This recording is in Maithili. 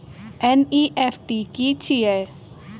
एन.ई.एफ.टी की छीयै?